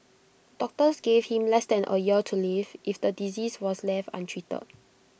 doctors gave him less than A year to live if the disease was left untreated